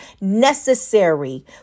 necessary